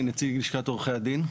אני נציג לשכת עורכי הדין,